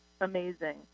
amazing